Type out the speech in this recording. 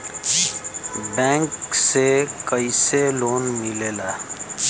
Bank से कइसे loan मिलेला?